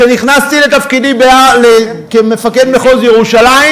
כשנכנסתי לתפקידי כמפקד מחוז ירושלים,